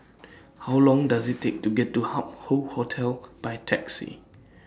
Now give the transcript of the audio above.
How Long Does IT Take to get to Hup Hoe Hotel By Taxi